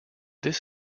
this